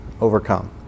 overcome